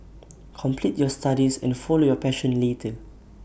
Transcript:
complete your studies and follow your passion later